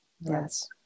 yes